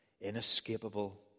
inescapable